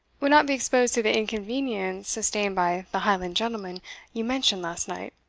would not be exposed to the inconvenience sustained by the highland gentleman you mentioned last night.